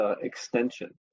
extension